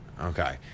Okay